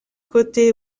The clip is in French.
côté